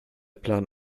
plan